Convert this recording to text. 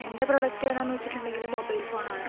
എൻ്റെ പ്രോഡക്റ്റ് ഏതാന്ന് വെച്ചിട്ടുണ്ടെങ്കിൽ മൊബൈൽ ഫോൺ ആണ്